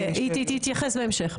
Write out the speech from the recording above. אוקיי, היא תתייחס בהמשך.